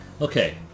Okay